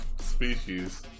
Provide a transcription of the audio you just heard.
species